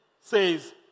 says